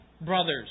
brothers